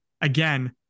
again